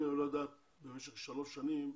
אם היא לא דנה במשך שלוש שנים,